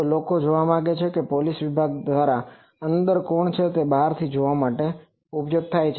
તો લોકો જોવા માંગે છે પોલીસ વિભાગ તે જોવા માંગે અંદરથ કોણ છે તે બહારથી જોવા માંગે છે